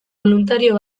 boluntario